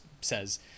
says